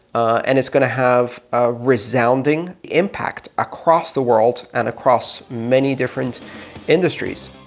and it's going to have a resounding impact across the world and across many different industries.